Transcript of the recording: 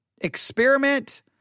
Experiment